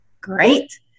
great